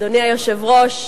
אדוני היושב-ראש,